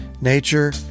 Nature